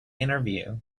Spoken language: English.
interview